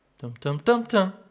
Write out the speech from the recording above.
Dum-dum-dum-dum